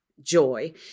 joy